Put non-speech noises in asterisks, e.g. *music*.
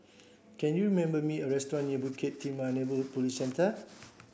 can you *unintelligible* me a restaurant near Bukit Timah *unintelligible* Police Centre